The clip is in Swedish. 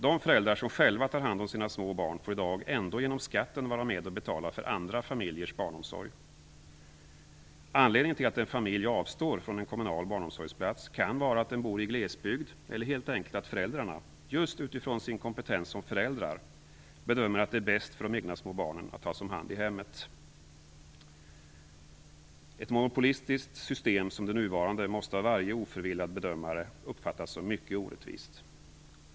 De föräldrar som själva tar hand om sina små barn får i dag ändå genom skatten vara med och betala för andra familjers barnomsorg. Anledningen till att en familj avstår från en kommunal barnomsorgsplats kan vara att den bor i glesbygd eller helt enkelt att föräldrarna, just utifrån sin kompetens som föräldrar, bedömer att det är bäst för de egna små barnen att de tas om hand i hemmet. Ett monopolistiskt system som det nuvarande måste av varje oförvillad bedömare uppfattas som mycket orättvist.